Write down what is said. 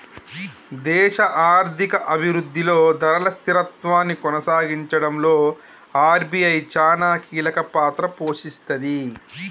దేశ ఆర్థిక అభిరుద్ధిలో ధరల స్థిరత్వాన్ని కొనసాగించడంలో ఆర్.బి.ఐ చానా కీలకపాత్ర పోషిస్తది